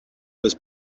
was